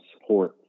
support